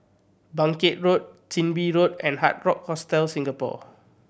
Bangkit Road Chin Bee Road and Hard Rock Hostel Singapore